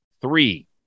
three